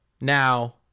Now